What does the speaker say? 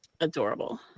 Adorable